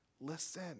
listen